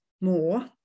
more